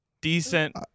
decent